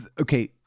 okay